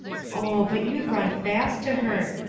oh! but you'd run fast to her.